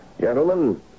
Gentlemen